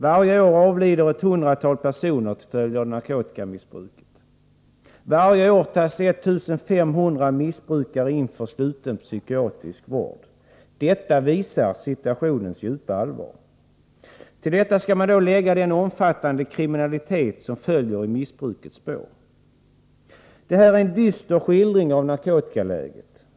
Varje år avlider ett hundratal personer till följd av narkotikamissbruk. Varje år tas ungefär 1 500 missbrukare in för sluten psykriatisk vård. Detta visar situationens djupa allvar. Till detta skall man lägga den omfattande kriminalitet som följer i missbrukets spår. Det här en dyster skildring av narkotikaläget.